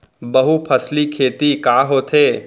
बहुफसली खेती का होथे?